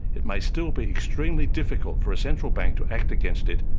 it may still be extremely difficult for a central bank to act against it,